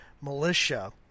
militia